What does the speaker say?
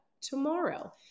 tomorrow